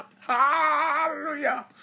Hallelujah